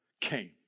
came